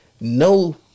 No